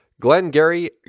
Glengarry